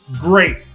Great